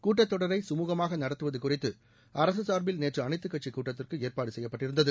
கூட்டத்தொடரை கமூகமாக நடத்துவதுகுறித்து அரசு சார்பில் நேற்று அனைத்து கட்சி கூட்டத்திற்கு ஏற்பாடு செய்யப்பட்டிருந்தது